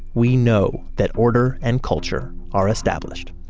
we know that order and culture are established.